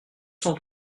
cent